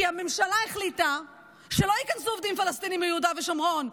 כי הממשלה החליטה שלא ייכנסו עובדים פלסטינים מיהודה ושומרון,